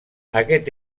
aquest